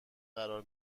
قرار